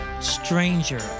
stranger